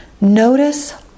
Notice